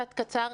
קצר.